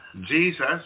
Jesus